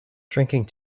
drinking